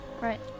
Right